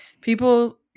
people